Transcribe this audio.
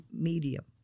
medium